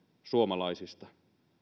suomalaisista